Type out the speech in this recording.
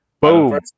Boom